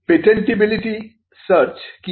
patentability search কি